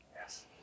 Yes